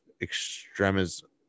extremism